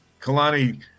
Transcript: Kalani